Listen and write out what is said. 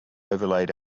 overlaid